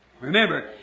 Remember